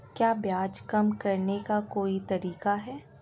क्या ब्याज कम करने का कोई तरीका है?